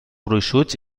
gruixuts